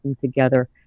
together